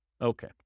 Okay